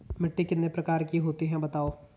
मिट्टी कितने प्रकार की होती हैं बताओ?